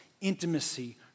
intimacy